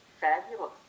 fabulous